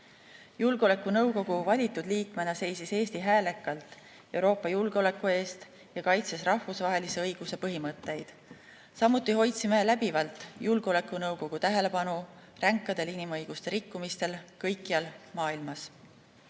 Julgeolekunõukogu valitud liikmena seisis Eesti häälekalt Euroopa julgeoleku eest ja kaitses rahvusvahelise õiguse põhimõtteid. Samuti hoidsime läbivalt julgeolekunõukogu tähelepanu ränkadel inimõiguste rikkumistel kõikjal maailmas.